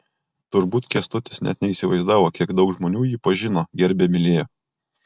turbūt kęstutis net neįsivaizdavo kiek daug žmonių jį pažino gerbė mylėjo